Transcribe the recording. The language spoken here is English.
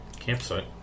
campsite